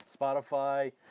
Spotify